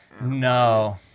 no